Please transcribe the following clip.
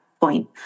point